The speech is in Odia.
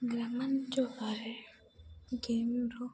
ଗ୍ରାମାଞ୍ଚଳରେ ଗେମ୍ରୁ